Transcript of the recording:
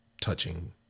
touching